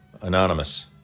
Anonymous